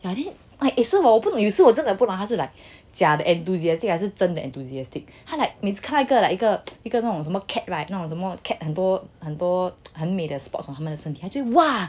yeah then 有时我我不懂有时我真的不懂他是 like 假的 enthusiastic 还是真的 enthusiastic 他 like 每次看到 like 一个一个一个一个那种什么 cat right 那种什么 cat 很多很多很美的 spots 他们的身体他就 !wah!